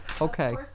okay